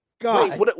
God